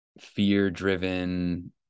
fear-driven